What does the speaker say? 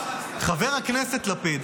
למה פרצת לבסיס,